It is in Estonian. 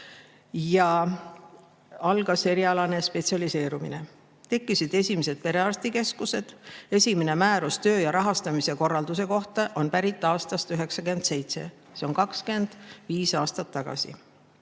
ja algas erialane spetsialiseerumine. Tekkisid esimesed perearstikeskused. Esimene määrus töö ja rahastamise korralduse kohta on pärit aastast 1997, see oli 25 aastat tagasi.